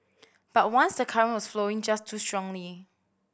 but once the current was flowing just too strongly